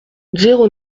zéro